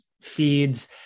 feeds